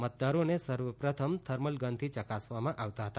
મતદારોને સર્વ પ્રથમ થર્મલ ગનથી ચકાસવામાં આવતા હતા